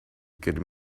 could